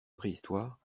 préhistoire